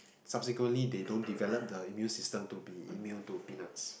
subsequently they don't develop the immune system to be immune to be peanuts